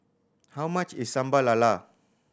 how much is Sambal Lala